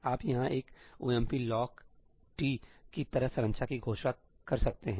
तो आप यहां एक omp lock t की तरह संरचना की घोषणा कर सकते हैं